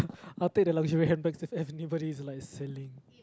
I will take the luxury handbags if anybody is like selling